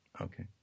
Okay